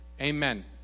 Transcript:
Amen